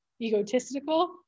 egotistical